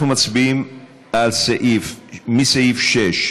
אראל מרגלית, מיקי רוזנטל, רויטל סויד,